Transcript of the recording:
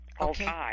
Okay